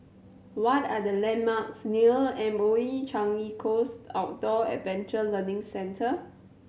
what are the landmarks near M O E Changi Coast Outdoor Adventure Learning Centre